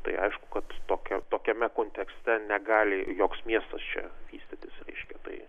tai aišku kad tokia tokiame kontekste negali joks miestas čia vystytis tai